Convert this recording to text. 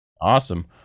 Awesome